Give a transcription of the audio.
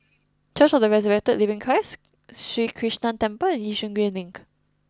church of the Resurrected Living Christ Sri Krishnan Temple and Yishun Green Link